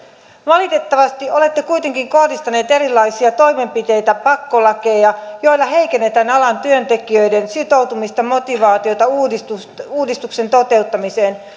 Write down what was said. valitettavasti olette kuitenkin kohdistanut erilaisia toimenpiteitä pakkolakeja joilla heikennetään alan työntekijöiden sitoutumista motivaatiota uudistuksen uudistuksen toteuttamiseen